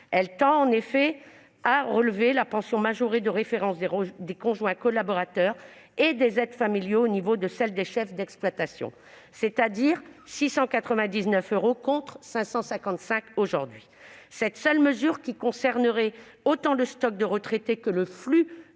Elle tend en effet à relever la pension majorée de référence des conjoints collaborateurs et des aides familiaux au niveau de celle des chefs d'exploitation, soit à 699 euros contre 555 euros aujourd'hui. Cette seule mesure, qui concernerait autant le stock de retraités que le flux